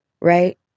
right